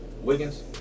Wiggins